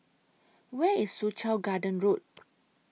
Where IS Soo Chow Garden Road